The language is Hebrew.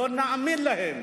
ולא נאמין להם.